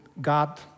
God